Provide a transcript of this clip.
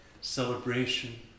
celebration